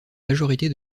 majorité